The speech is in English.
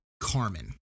Carmen